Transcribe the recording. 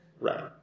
Right